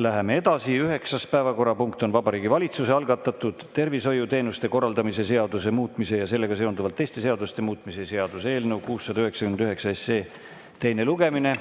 Läheme edasi. Üheksas päevakorrapunkt on Vabariigi Valitsuse algatatud tervishoiuteenuste korraldamise seaduse muutmise ja sellega seonduvalt teiste seaduste muutmise seaduse eelnõu 699 teine lugemine.